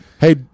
Hey